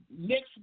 next